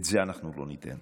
את זה אנחנו לא ניתן.